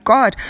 God